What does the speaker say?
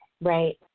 Right